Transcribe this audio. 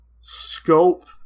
scope